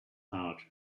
heart